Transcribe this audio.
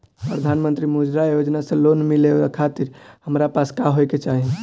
प्रधानमंत्री मुद्रा योजना से लोन मिलोए खातिर हमरा पास का होए के चाही?